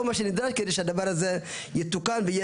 כל מה שנדרש כדי שהדבר הזה יתוקן ויהיה